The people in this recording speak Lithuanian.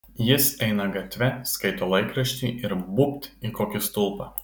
jis eina gatve skaito laikraštį ir būbt į kokį stulpą